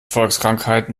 volkskrankheiten